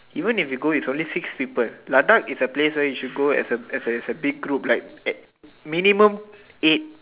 even if we go it's only six people Ladakh is a place where you should go as a as a as a big group like ei~ minimum eight